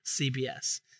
CBS